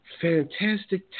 Fantastic